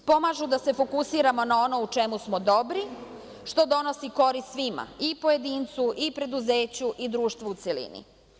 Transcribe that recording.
Pomažu da se fokusiramo na ono u čemu smo dobri što donosi korist svima i pojedincu i preduzeću i društvu u celini.